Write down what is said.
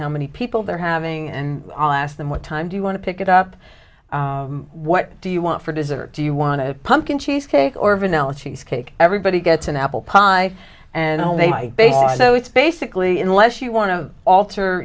how many people they're having and on ask them what time do you want to pick it up what do you want for dessert do you want a pumpkin cheesecake or of analogies cake everybody gets an apple pie and so it's basically unless you want to alter